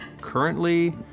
currently